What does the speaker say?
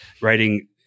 writing